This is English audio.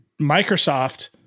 Microsoft